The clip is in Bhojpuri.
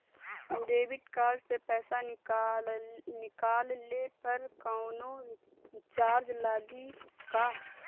देबिट कार्ड से पैसा निकलले पर कौनो चार्ज लागि का?